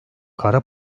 kara